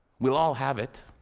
we'll all have it,